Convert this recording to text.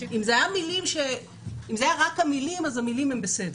אם זה היה רק המילים, אז המילים הן בסדר.